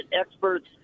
experts